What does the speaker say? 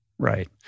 Right